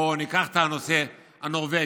או ניקח את הנושא הנורבגי.